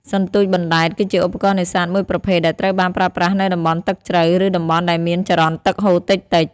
សន្ទូចបណ្ដែត គឺជាឧបករណ៍នេសាទមួយប្រភេទដែលត្រូវបានប្រើប្រាស់នៅតំបន់ទឹកជ្រៅ ឬតំបន់ដែលមានចរន្តទឹកហូរតិចៗ។